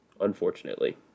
unfortunately